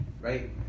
right